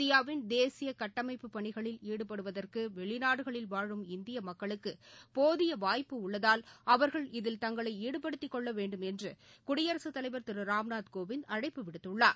இந்தியாவின் தேசிய கட்டமைப்புப் பணிகளில் ஈடுபடுவதற்கு வெளிநாடுகளில் வாழும் இந்திய மக்களுக்கு போதிய வாய்ப்பு உள்ளதால் அவர்கள் இதில் தங்களை ஈடுபடுத்தி கொள்ளவேண்டும் என்று குடியரசு தலைவர் திரு ராம்நாத் கோவிந்த் அழைப்பு விடுத்துள்ளார்